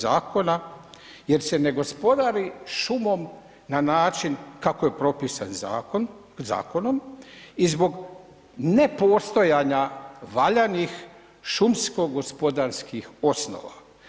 Zakona jer se ne gospodari šumom na način kako je propisano zakonom i zbog nepostojanja valjanih šumsko-gospodarskih osnova.